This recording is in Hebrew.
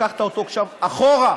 לקחת אותו עכשיו אחורה.